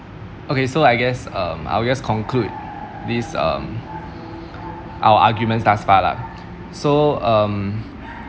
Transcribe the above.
okay so I guess um I'll just conclude these um our arguments thus far lah so um